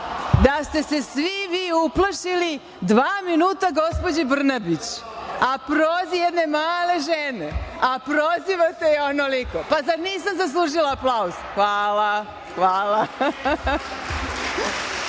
da ste se svi vi uplašili dva minuta gospođe Brnabić, a protiv jedne male žene, a prozivate je onoliko. Pa, zar nisam zaslužila aplauz? Ajte, ljudi,